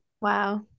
wow